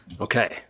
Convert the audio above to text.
Okay